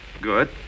Good